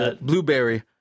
Blueberry